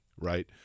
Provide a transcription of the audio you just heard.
Right